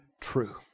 true